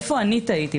איפה אני טעיתי?